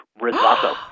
risotto